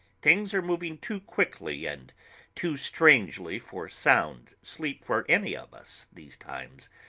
things are moving too quickly and too strangely for sound sleep for any of us these times.